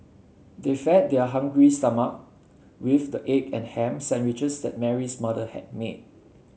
they fed their hungry stomach with the egg and ham sandwiches that Mary's mother had made